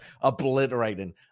obliterating